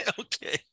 Okay